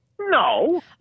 No